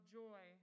joy